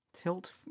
Tilt